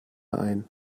ein